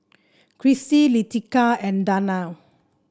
Chrissie Leticia and Darnell